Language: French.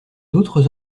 d’autres